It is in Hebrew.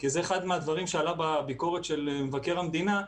כי זה אחד הדברים שעלה בביקורת של מבקר המדינה,